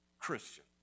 Christian